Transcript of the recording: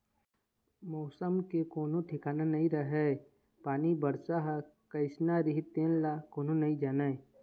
मउसम के कोनो ठिकाना नइ रहय पानी, बरसा ह कइसना रही तेन ल कोनो नइ जानय